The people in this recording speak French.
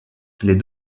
les